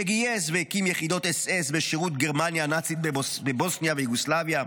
שגייס והקים יחידות אס-אס בשירות גרמניה הנאצית בבוסניה ויוגוסלביה,